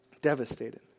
Devastated